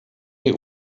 die